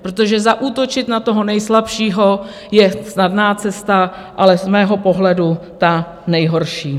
Protože zaútočit na toho nejslabšího je snadná cesta, ale z mého pohledu ta nejhorší.